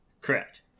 Correct